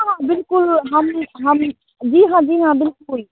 हाँ बिल्कुल हम ही हम ही जी हाँ जी हाँ बिल्कुल